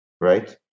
Right